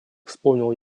вспомнил